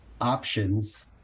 options